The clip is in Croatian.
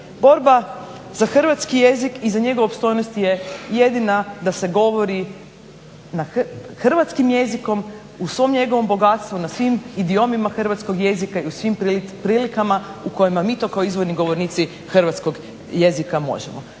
Borba za hrvatski jezik i za njegovu opstojnost je jedina da se govori hrvatskim jezikom u svom njegovom bogatstvu na svim idiomima hrvatskog jezika u svim prilikama u kojima mi to kao izvorni govornici hrvatskog jezika možemo.